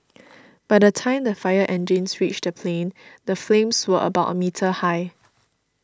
by the time the fire engines reached the plane the flames were about a metre high